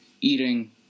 eating